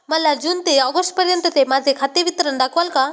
मला जून ते ऑगस्टपर्यंतचे माझे खाते विवरण दाखवाल का?